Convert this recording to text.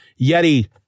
Yeti